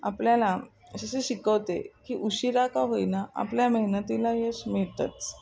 आपल्याला शिकवते की उशीरा का होईना आपल्या मेहनतीला यश मिळतंच